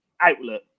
outlet